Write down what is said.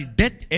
death